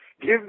give